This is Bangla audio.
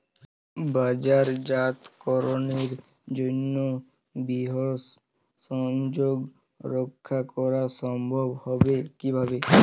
বাজারজাতকরণের জন্য বৃহৎ সংযোগ রক্ষা করা সম্ভব হবে কিভাবে?